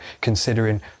Considering